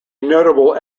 notable